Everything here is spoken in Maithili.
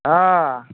हँ